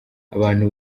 abantu